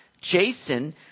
Jason